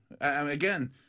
again